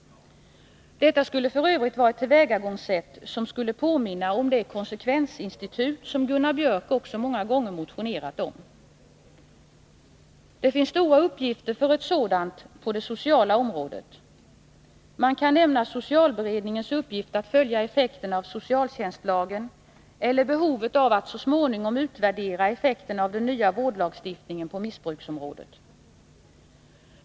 Detta skulle f. ö. vara ett tillvägagångssätt som skulle påminna om det konsekvensinstitut som Gunnar Biörck många gånger motionerat om. Det finns stora uppgifter för ett sådant på det sociala området — man kan nämna socialberedningens uppgift att följa effekterna av socialtjänstlagen eller behovet av att så småningom utvärdera effekterna av den nya vårdlagstiftningen på missbruksområdet.